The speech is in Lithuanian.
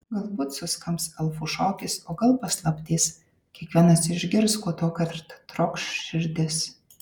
galbūt suskambs elfų šokis o gal paslaptis kiekvienas išgirs ko tuokart trokš širdis